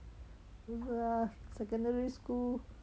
uh secondary school